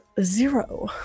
zero